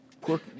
poor